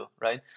right